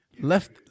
Left